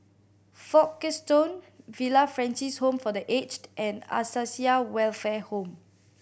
Folkestone Villa Francis Home for The Aged and Acacia Welfare Home